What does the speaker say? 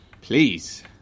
Please